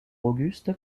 auguste